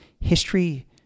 history